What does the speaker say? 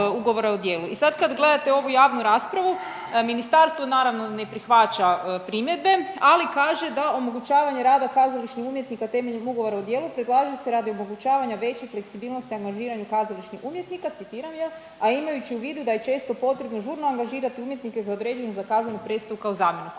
I sada kada gledate ovu javnu raspravu Ministarstvo naravno ne prihvaća primjedbe, ali kaže: „… da omogućavanje rada kazališnih umjetnika temeljem ugovora o djelu predlaže se radi omogućavanja veće fleksibilnosti angažiranju kazališnih umjetnika“, citiram jel', „a imajući u vidu da je često potrebno žurno angažirati umjetnike za određenu zakazanu predstavu kao zamjenu.“